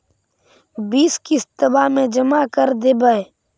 बिस किस्तवा मे जमा कर देवै?